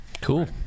Cool